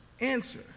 answer